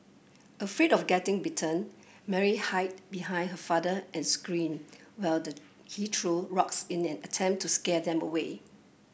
afraid of getting bitten Mary hide behind her father and screamed while the he threw rocks in an attempt to scare them away